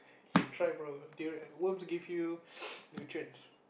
you should try bro durian worms give you nutrients